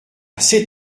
cette